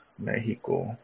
Mexico